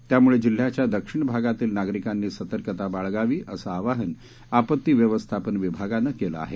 त्यामुळे जिल्ह्याच्या दक्षिण भागातील नागरिकांनी सतर्कता बाळगावी सं आवाहन आपती व्यवस्थापन विभागानं केलं आहे